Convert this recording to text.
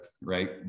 right